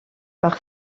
par